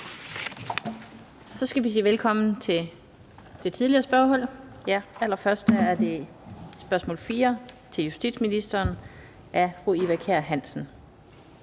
Så skal vi sige velkommen til det tidligere spørgehold, og allerførst er det spørgsmål nr. 4 til justitsministeren af fru Eva Kjer Hansen.